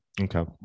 Okay